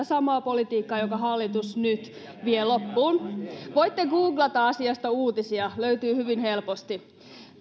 samaa politiikkaa jonka hallitus nyt vie loppuun voitte googlata asiasta uutisia löytyy hyvin helposti